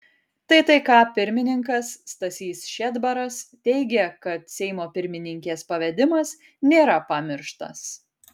ttk pirmininkas stasys šedbaras teigė kad seimo pirmininkės pavedimas nėra pamirštas